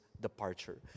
departure